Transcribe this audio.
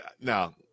now